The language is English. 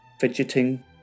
fidgeting